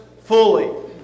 fully